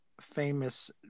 famous